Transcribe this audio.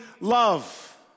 love